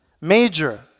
Major